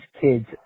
kids